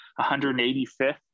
185th